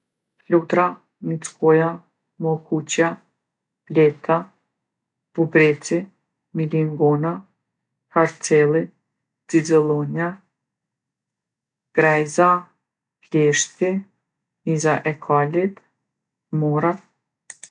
Flutra, mickoja, mollkuqja, bleta, bubreci, milingona, karcelli, xixëllonja, grejza, pleshti, miza e kalit, morrat.